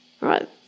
right